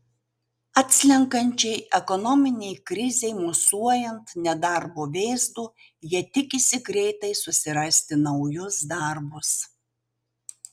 atslenkančiai ekonominei krizei mosuojant nedarbo vėzdu jie tikisi greitai susirasti naujus darbus